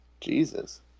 Jesus